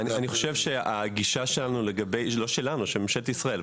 אני חושב שהגישה של ממשלת ישראל,